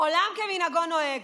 עולם כמנהגו נוהג.